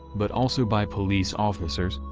but also by police officers,